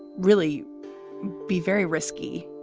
really be very risky.